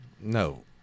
No